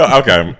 okay